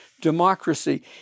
democracy